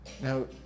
Now